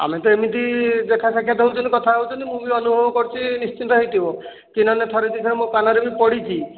ଆମେ ତ ଏମିତି ଦେଖା ସାକ୍ଷାତ ହେଉଛନ୍ତି କଥାହଉଛନ୍ତି ମୁଁ ବି ଅନୁଭବ କରୁଛି ନିଶ୍ଚିନ୍ତ ହୋଇଥିବ କି ନହେଲେ ଥରେ ଦି ଥର ମୋ କାନ ରେ ବି ପଡ଼ିଛି